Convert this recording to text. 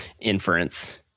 inference